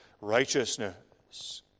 Righteousness